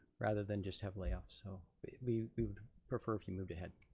rather than just have layoffs, so we would prefer if you moved ahead.